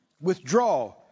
Withdraw